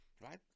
Right